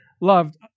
loved